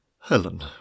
Helen